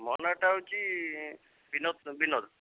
ମୋ ନାଆଟା ହେଉଛି ବିନୋଦ୍ ବିନୋଦ୍